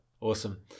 awesome